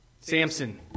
Samson